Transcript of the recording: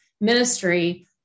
ministry